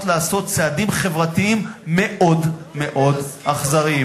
לעשות צעדים חברתיים מאוד-מאוד אכזריים.